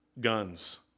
guns